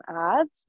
ads